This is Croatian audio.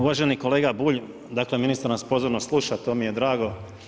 Uvaženi kolega Bulj, dakle ministar nas pozorno sluša, to mi je drago.